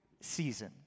season